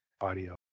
Audio